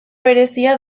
berezia